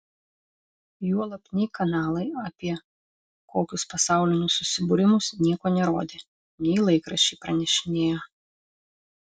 juolab nei kanalai apie kokius pasaulinius susibūrimus nieko nerodė nei laikraščiai pranešinėjo